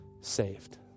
saved